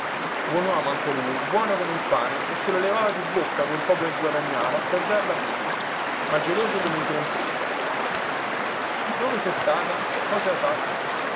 buon uomo anche lui buono come il pane e se lo levava di bocca quel poco che guadagnava per darlo a me ma geloso come il gran turco dove sei stata cosa hai fatto